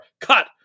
Cut